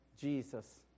Jesus